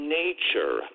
nature